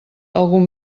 algun